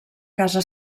casa